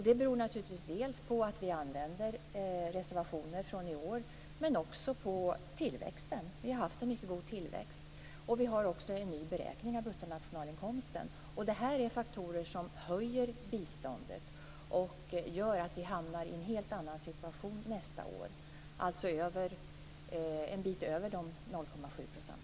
Det beror naturligtvis dels på att vi använder reservationer från i år, dels på tillväxten. Vi har haft en mycket god tillväxt, och vi har också en ny beräkning av bruttonationalinkomsten. Det är faktorer som höjer biståndet och gör att vi hamnar i en helt annan situation nästa år - alltså en bit över de 0,7 %.